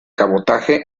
cabotaje